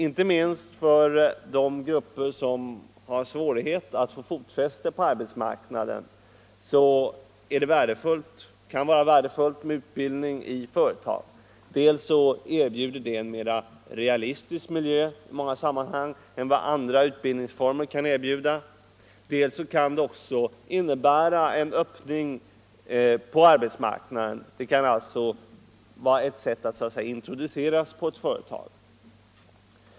Inte minst för de grupper som har svårighet att få fotfäste på arbetsmarknaden kan det vara värdefullt med utbildning i företag. Dels erbjuder det en mer realistisk miljö - i många sammanhang än andra utbildningsformer kan erbjuda, dels kan det också innebära en öppning på arbetsmarknaden — det kan vara ett sätt att introduceras på ett företag.